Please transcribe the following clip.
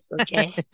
okay